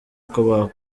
uko